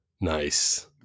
Nice